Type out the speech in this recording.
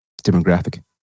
demographic